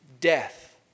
death